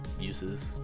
uses